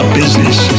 business